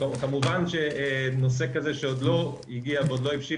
כמובן שנושא כזה שעוד לא הגיע ועוד לא הבשיל,